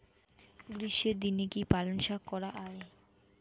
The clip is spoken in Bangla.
গ্রীষ্মের দিনে কি পালন শাখ করা য়ায়?